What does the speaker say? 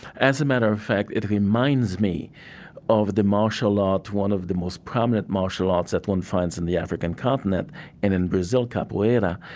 as a matter of fact, it reminds me of the martial art, one of the most prominent martial arts that one finds in the african continent and in brazil, capoeira,